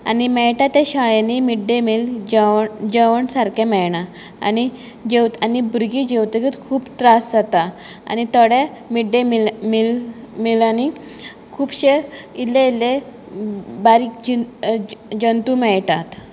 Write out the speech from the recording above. आनी मेळटा ते शाळेनीं मिड डॅ मील जेवण सारकें मेळना आनी भुरगीं जेवतकच खूब त्रास जाता आनी थोड्या मिड डॅ मिलांनीं खुबशे इल्ले इल्ले बारीक जंतू मेळटात